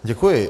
Děkuji.